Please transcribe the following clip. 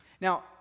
Now